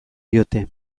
diote